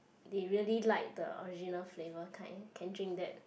they really like the original flavour kind can drink that